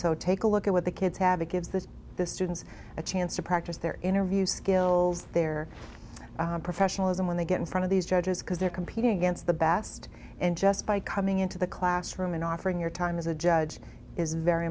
so take a look at what the kids have it gives the students a chance to practice their interview skills their professionalism when they get in front of these judges because they're competing against the best and just by coming into the classroom and offering your time as a judge is very